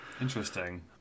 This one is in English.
Interesting